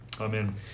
Amen